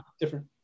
different